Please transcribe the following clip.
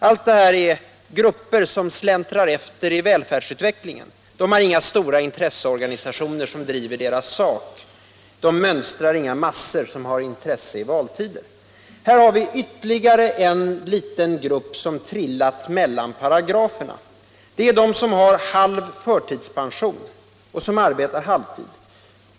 Alla dessa människor utgör grupper som släntrar efter i välfärdsutvecklingen. De har inga stora intresseorganisationer som driver deras krav. De mönstrar inga massor som har intresse i valtider. Vi diskuterar i dag ytterligare en liten grupp som trillat ner mellan paragraferna. Det är de som har halvtidspension och som arbetar på halvtid.